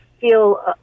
feel